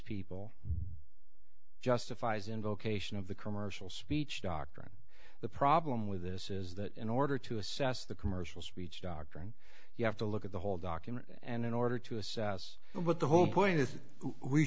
people justifies invocation of the commercial speech doctrine the problem with this is that in order to assess the commercial speech doctrine you have to look at the whole document and in order to assess what the whole point is we